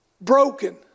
Broken